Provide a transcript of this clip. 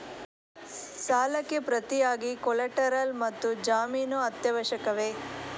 ಸಾಲಕ್ಕೆ ಪ್ರತಿಯಾಗಿ ಕೊಲ್ಯಾಟರಲ್ ಮತ್ತು ಜಾಮೀನು ಅತ್ಯವಶ್ಯಕವೇ?